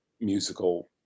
musical